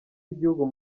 y’igihugu